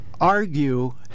argue